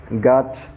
got